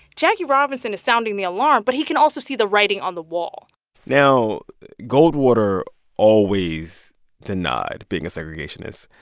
jackie robinson is sounding the alarm. but he can also see the writing on the wall now goldwater always denied being a segregationist.